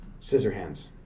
Scissorhands